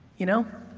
you know?